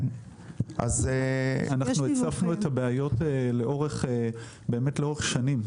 אנחנו הצפנו את הבעיות לאורך שנים.